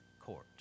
court